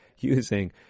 using